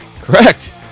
Correct